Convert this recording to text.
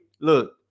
look